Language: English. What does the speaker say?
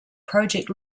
project